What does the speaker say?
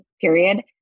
Period